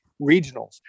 regionals